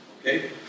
Okay